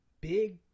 Big